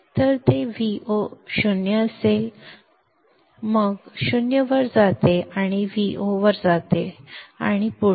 तर ते 0 असेल Vo ला जाते मग 0 वर जाते आणि Vo वर जाते आणि पुढे